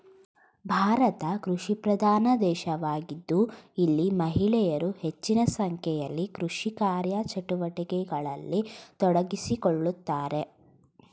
ಭಾರತ ಕೃಷಿಪ್ರಧಾನ ದೇಶವಾಗಿದ್ದು ಇಲ್ಲಿ ಮಹಿಳೆಯರು ಹೆಚ್ಚಿನ ಸಂಖ್ಯೆಯಲ್ಲಿ ಕೃಷಿ ಕಾರ್ಯಚಟುವಟಿಕೆಗಳಲ್ಲಿ ತೊಡಗಿಸಿಕೊಳ್ಳುತ್ತಾರೆ